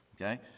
Okay